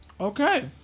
Okay